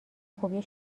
خوبی